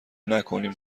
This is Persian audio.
نکنیم